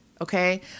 Okay